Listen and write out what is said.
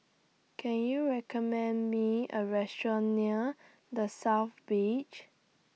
Can YOU recommend Me A Restaurant near The South Beach